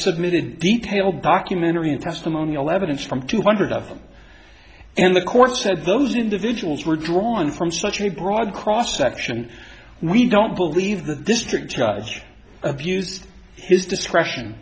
submitted detailed documentary and testimonial evidence from two hundred of them and the court said those individuals were drawn from such a broad cross section we don't believe the district abused his discretion